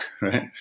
right